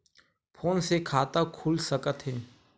Phone से खाता खुल सकथे?